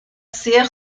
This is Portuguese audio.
ser